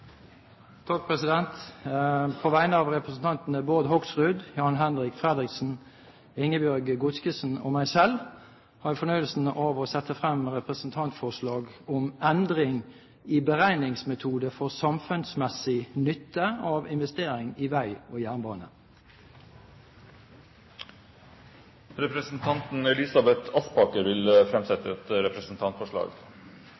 På vegne av representantene Bård Hoksrud, Jan-Henrik Fredriksen, Ingebjørg Godskesen og meg selv har jeg fornøyelsen av å sette frem representantforslag om endringer i beregningsmetode for samfunnsmessig nytte av investeringer i vei og jernbane. Representanten Elisabeth Aspaker vil